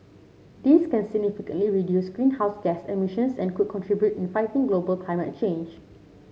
this can significantly reduce greenhouse gas emissions and could contribute in fighting global climate change